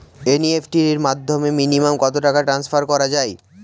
NEFT র মাধ্যমে minimum কত টাকা ট্রান্সফার করা যায়?